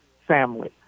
family